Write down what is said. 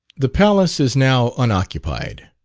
the palace is now unoccupied.